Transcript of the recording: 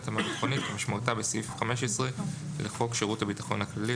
"התאמה ביטחונית" כמשמעותה בסעיף 15 לחוק שירות הביטחון הכללי,